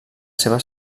seva